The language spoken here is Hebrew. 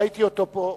ראיתי אותו פה.